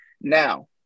now